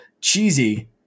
cheesy